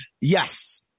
Yes